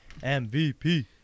MVP